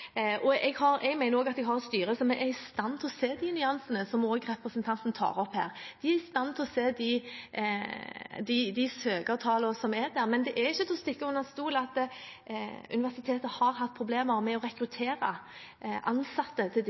Jeg mener også at jeg har et styre som er i stand til å se de nyansene som representanten tar opp her. De er i stand til å se de søkertallene som er der. Men det er ikke til å stikke under stol at universitetet har hatt problemer med å rekruttere ansatte til enkelte av disse studiene, og det er også noe de